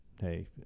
hey